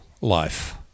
life